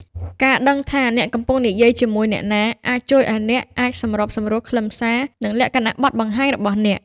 ការដឹងថាអ្នកកំពុងនិយាយជាមួយអ្នកណា អាចជួយឱ្យអ្នកអាចសម្របសម្រួលខ្លឹមសារ និងលក្ខណៈបទបង្ហាញរបស់អ្នក។